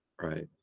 Right